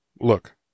Look